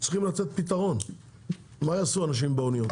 צריכים לתת פתרון - מה אנשים יעשו עם הסירות?